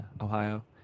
Ohio